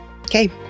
Okay